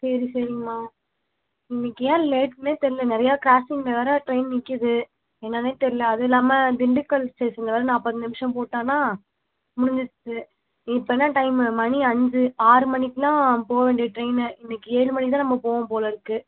சரி சரிங்கமா இன்றைக்கு ஏன் லேட்டுனே தெரில நிறையா கிராஸிங்கில் வேறு ட்ரெயின் நிற்கிது என்னனே தெரில அதுவும் இல்லாமல் திண்டுக்கல் ஸ்டேஷனில் வேறு நாற்பது நிமிடம் போட்டானா முடிஞ்சுடுச்சு இப்போ என்ன டைம் மணி ஐந்து ஆறு மணிக்கெலாம் போக வேண்டிய ட்ரெயின் இன்றைக்கு ஏழு மணிக்கு தான் நம்ம போவோம் போலிருக்கு